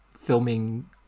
filming